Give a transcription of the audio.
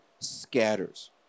scatters